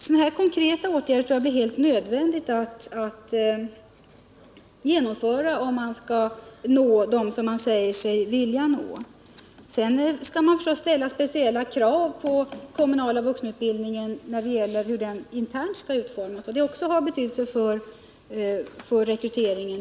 Sådana konkreta åtgärder tror jag är helt nödvändiga att genomföra, om man skall nå dem som man säger sig vilja nå. Dessutom skall man naturligtvis ställa speciella krav på den interna utformningen av den kommunala vuxenutbildningen, och det har också betydelse för rekryteringen.